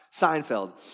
Seinfeld